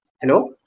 hello